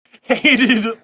hated